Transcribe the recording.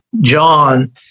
John